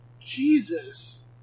Jesus